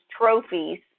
trophies